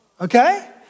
Okay